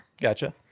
Gotcha